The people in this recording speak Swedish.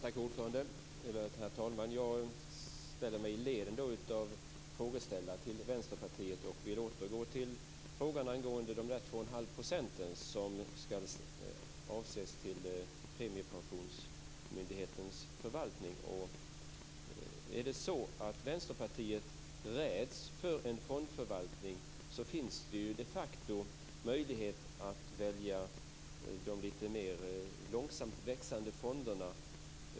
Herr talman! Jag ställer in mig i ledet av frågeställare till Vänsterpartiet och vill återgå till frågan om de 2,5 % som skall avsättas till Premiepensionsmyndighetens förvaltning. Om det är så att Vänsterpartiet räds en fondförvaltning finns det ju de facto möjlighet att välja de lite mer långsamt växande fonderna.